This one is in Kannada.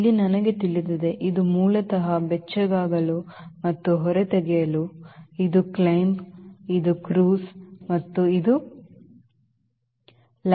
ಇಲ್ಲಿ ನನಗೆ ತಿಳಿದಿದೆ ಇದು ಮೂಲತಃ ಬೆಚ್ಚಗಾಗಲು ಮತ್ತು ಹೊರತೆಗೆಯಲು ಇದು climb ಇದು ಕ್ರೂಸ್ ಮತ್ತು ಇದುlanding